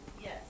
Yes